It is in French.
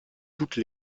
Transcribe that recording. toutes